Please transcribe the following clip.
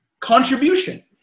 contribution